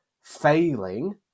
failing